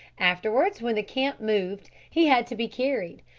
afterwards when the camp moved he had to be carried,